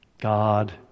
God